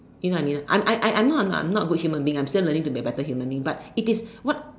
you know what I mean not I I I know I'm not I'm not a good human being I'm still learning to be a better human but it is what